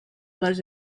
les